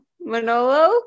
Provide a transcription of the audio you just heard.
Manolo